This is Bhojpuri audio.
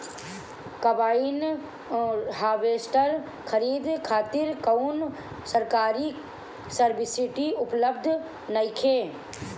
कंबाइन हार्वेस्टर खरीदे खातिर कउनो सरकारी सब्सीडी उपलब्ध नइखे?